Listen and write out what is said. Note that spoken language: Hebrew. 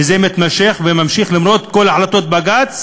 וזה מתמשך ונמשך למרות כל החלטות בג"ץ